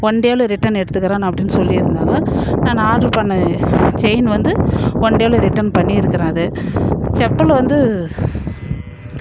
one டேயில return எடுத்துக்குறேன் அப்படினு சொல்லியிருந்தாங்க நான் ஆர்டர் பண்ண செயின் வந்து ஒன் டேயில ரிட்டன் பண்ணிருக்குறேன் அது செப்பல் வந்து